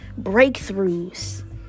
breakthroughs